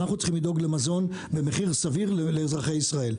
אנחנו צריכים לדאוג למזון במחיר סביר לאזרחי ישראל.